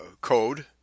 Code